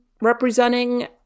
representing